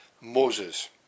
Moses